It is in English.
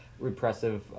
repressive